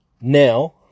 now